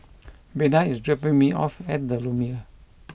Beda is dropping me off at The Lumiere